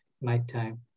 nighttime